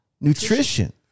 nutrition